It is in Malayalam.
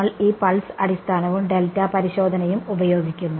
നമ്മൾ ഈ പൾസ് അടിസ്ഥാനവും ഡെൽറ്റ പരിശോധനയും ഉപയോഗിക്കുന്നു